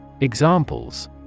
Examples